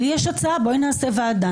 יש לי הצעה בואי נעש ועדה,